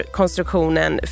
konstruktionen